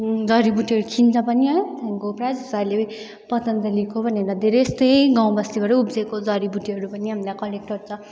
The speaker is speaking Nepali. जडीबुटीहरू किन्छ पनि है त्यहाँदेखिको को प्राय जस्तो अहिले पतंजलीको भनेर धेरै यस्तै गाउँ बस्तीबाटै उब्जेको धेरै यस्तै जडीबुटीहरू पनि हामीलाई कलेक्ट गर्छ